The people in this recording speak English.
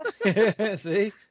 See